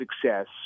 success